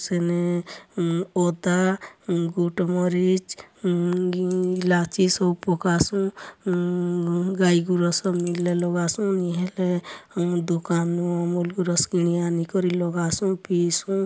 ସେନେ ଅଦା ଗୁଟ୍ ମରିଚ ଇଲାଚି ସବୁ ପକାସୁଁ ଗାଈ ଗୁରସ୍ ମିଲ୍ଲେ ଲଗାସୁଁ ନିହେଲେ ଦୁକାନୁ ଅମୂଲ୍ ଗୁରସ୍ କିଣି ଆନିକରି ଲଗାସୁଁ ପିଇସୁଁ